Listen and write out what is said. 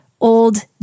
Old